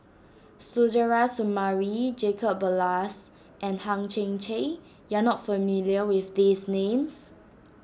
Suzairhe Sumari Jacob Ballas and Hang Chang Chieh you are not familiar with these names